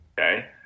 Okay